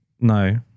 No